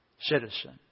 citizen